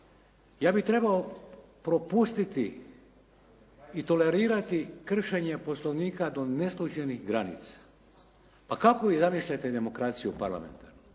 Ja bih trebao propustiti i tolerirati kršenje poslovnika do neslućenih granica. A kako vi zamišljate demokraciju parlamentarnu?